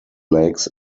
lakes